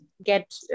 Get